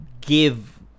give